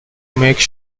make